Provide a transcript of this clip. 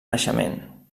naixement